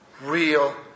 real